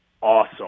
awesome